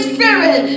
Spirit